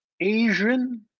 Asian